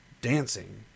dancing